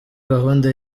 gahunda